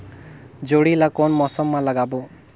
जोणी ला कोन मौसम मा लगाबो?